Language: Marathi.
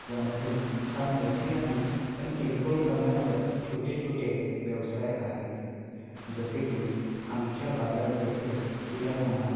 यामध्ये फार मोठे नाही पण किरकोळ प्रमाणावर छोटे छोटे व्यवसाय आहेत जसे की आमच्या बाजारपेठेत किराणा माल